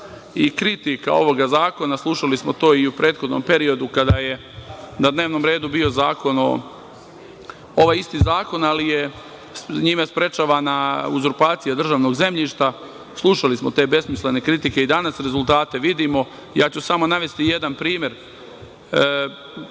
i kritika ovog zakona, a slušali smo to i u prethodnom periodu kada je na dnevnom redu bio zakon, ovaj isti zakon, ali je njime sprečavana uzurpacija državnog zemljišta. Slušali smo te besmislene kritike, i danas rezultate vidimo, a ja ću navesti samo jedan primer.